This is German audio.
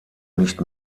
nicht